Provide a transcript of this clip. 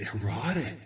erotic